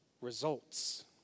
results